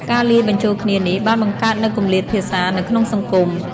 ការលាយបញ្ចូលគ្នានេះបានបង្កើតនូវគម្លាតភាសានៅក្នុងសង្គម។